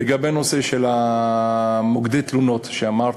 לגבי הנושא של מוקדי התלונות שהעלית,